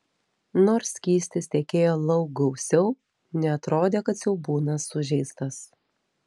nors skystis tekėjo lauk gausiau neatrodė kad siaubūnas sužeistas